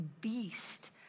beast